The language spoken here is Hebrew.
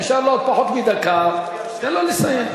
נשאר לו עוד פחות מדקה, תן לו לסיים.